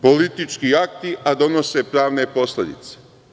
Politički akti, a donose pravne posledice.